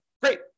Great